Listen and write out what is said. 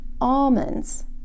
almonds